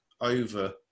over